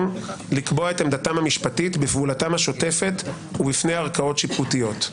לקבוע את עמדתם המשפטית בפעולתם השוטפת ובפני ערכאות שיפוטיות.